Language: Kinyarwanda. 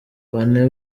bane